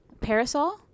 Parasol